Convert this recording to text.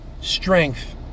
strength